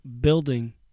building